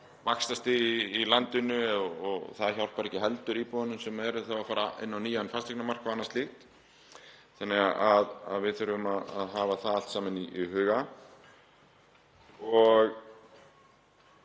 vaxtastig í landinu. Það hjálpar ekki heldur íbúunum sem eru að fara inn á nýjan fasteignamarkað og annað slíkt þannig að við þurfum að hafa það allt saman í huga.